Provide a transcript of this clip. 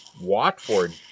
Watford